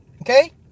Okay